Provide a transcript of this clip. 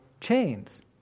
chains